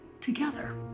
together